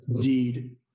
deed